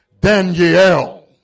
Daniel